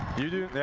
you do